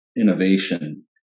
innovation